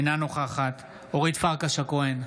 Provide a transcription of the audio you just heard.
אינה נוכחת אורית פרקש הכהן,